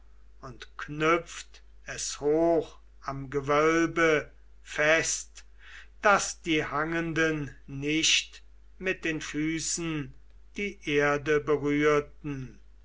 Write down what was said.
und knüpft es hoch am gewölbe fest daß die hangenden nicht mit den füßen die erde berührten